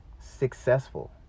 successful